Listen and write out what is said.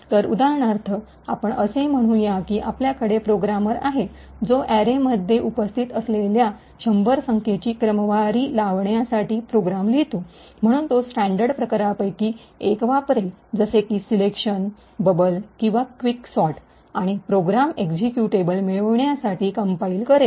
तर उदाहरणार्थ आपण असे म्हणू या की आपल्याकडे प्रोग्रामर आहे जो अॅरेमध्ये उपस्थित असलेल्या शंभर संख्येची क्रमवारी लावण्यासाठी प्रोग्राम लिहितो म्हणून तो स्टँडर्ड प्रकारांपैकी एक वापरेल जसे की सिलेक्शन बबल किंवा क्युक सोर्ट आणि प्रोग्राम एक्झिक्युटेबल मिळण्यासाठी कंपाईल करेन